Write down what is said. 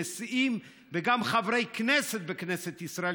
נשיאים וגם חברי הכנסת בכנסת ישראל,